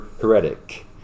Heretic